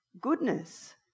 goodness